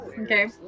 Okay